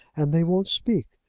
and they won't speak.